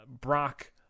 Brock